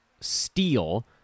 steal